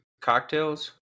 cocktails